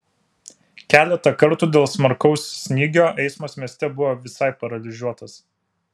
keletą kartų dėl smarkaus snygio eismas mieste buvo visai paralyžiuotas